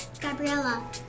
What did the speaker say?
Gabriella